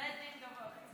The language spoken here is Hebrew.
בית דין גבוה לצדק.